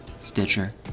Stitcher